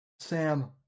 Sam